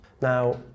Now